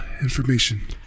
information